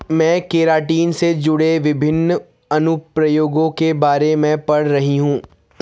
मैं केराटिन से जुड़े विभिन्न अनुप्रयोगों के बारे में पढ़ रही हूं